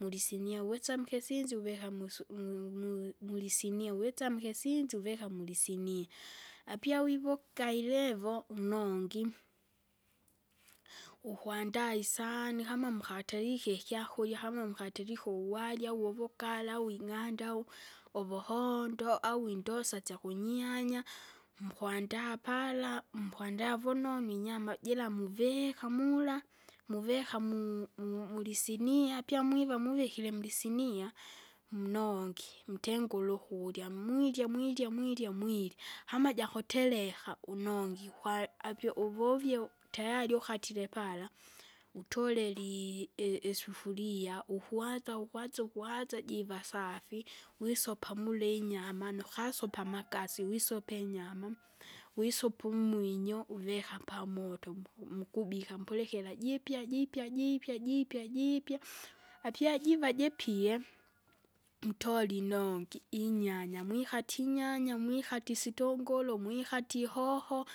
Mulisinia uwesa mkesinzi uvika musu- mu- mu- mulisinia, uwitsa mukisinzi uvika mulisinia, apia wivuka ilevo mnongi. Ukwandaa isahani, kama mukaterike ikyakurya, kama mukaterike uwari au uvugare, au ing'ande au uvuhondo, au indosa syakunyianya, mukwandaa pala, mkwandaa vunonu inyama jira muvika mula, muvika mu- mu- mulisinia pia mwiva muvikire mulisinia mnongi. Mtengure ukurya, mwirya mwirya mwirya mwirya, kama jakutereka, unongi, kwa apio uvovieu tayari ukatire pala utoleli i- isufuria, ukwaza ukwaza ukwaza jiva safi, wisopa mula inyama, nukasopa amakasi wisope inyama. Wisopa umwinyo uvika pamoto muku- mukubika mpulekera jiipya jiipya jiipya jiipya jiipya, apyajiva jipie, mtore inongi, inyanya mwikati inyanya, wikati isitunguru mwikati ihoho,